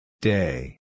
Day